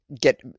get